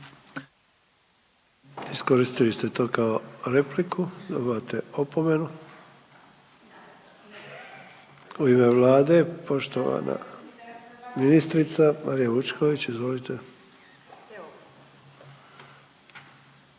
Iskoristili ste to kao repliku, dobivate opomenu. U ime Vlade poštovana ministrica Marija Vučković, izvolite.